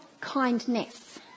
kindness